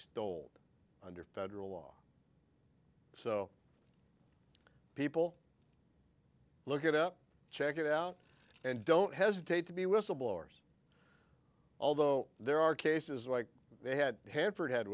stole under federal law so people look it up check it out and don't hesitate to be whistleblowers although there are cases like they had hanford had